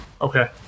Okay